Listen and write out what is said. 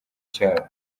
cyabo